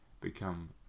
become